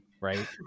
right